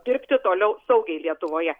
dirbti toliau saugiai lietuvoje